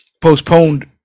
postponed